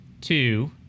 two